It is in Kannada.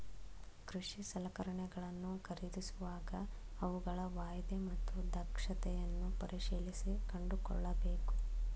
ಕೃಷಿ ಸಲಕರಣೆಗಳನ್ನು ಖರೀದಿಸುವಾಗ ಅವುಗಳ ವಾಯ್ದೆ ಮತ್ತು ದಕ್ಷತೆಯನ್ನು ಪರಿಶೀಲಿಸಿ ಕೊಂಡುಕೊಳ್ಳಬೇಕು